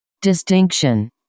Distinction